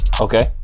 okay